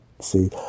See